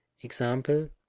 example